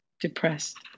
depressed